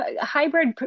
hybrid